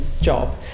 job